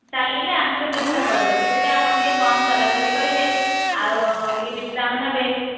ଚାଲିଲେ ଆଣ୍ଠୁରେ ପ୍ରେସର୍ ପଡ଼ିବ ସେଥିପାଇଁ ଆପଣ ଟିକିଏ କମ୍ ଚଲାଚଲି କରିବେ ଆଉ ଟିକିଏ ବିଶ୍ରାମ ନେବେ